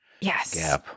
Yes